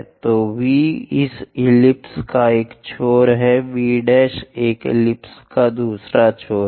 तो V इस ellipse का एक छोर है V एक एलिप्स का दूसरा छोर है